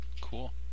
Cool